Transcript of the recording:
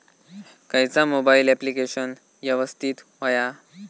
खयचा mobile application यवस्तित होया?